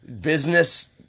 business